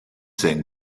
saying